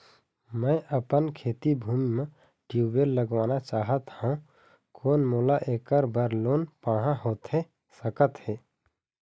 मैं अपन खेती भूमि म ट्यूबवेल लगवाना चाहत हाव, कोन मोला ऐकर बर लोन पाहां होथे सकत हे?